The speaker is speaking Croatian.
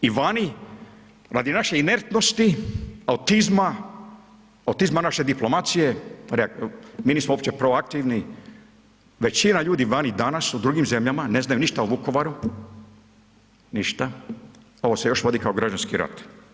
I vani, radi naše inertnosti, autizma, autizma naše diplomacije, mi nismo opće proaktivni, većina ljudi vani danas u drugim zemljama ne znaju ništa o Vukovaru, ništa, ovo se još vodi kao građanski rat.